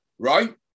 right